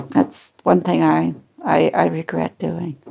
that's one thing i i regret doing